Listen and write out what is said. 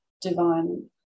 divine